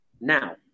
now